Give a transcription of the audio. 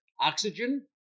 oxygen